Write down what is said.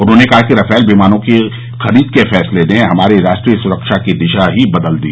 उन्होंने कहा कि रफाल विमानों की खरीद के फैसले ने हमारी राष्ट्रीय सुरक्षा की दिशा ही बदल दी